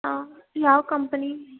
ಹಾಂ ಯಾವ ಕಂಪ್ನಿ